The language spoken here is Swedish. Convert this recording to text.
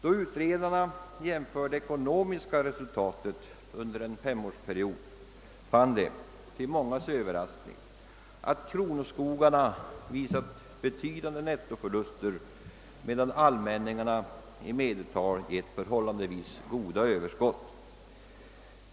När utredarna jämförde det ekonomiska resultatet under en femårsperiod, fann de till mångas överraskning, att kronoskogarna uppvisade betydande nettoförluster, medan allmänningarna i medeltal gett förhållandevis goda överskott.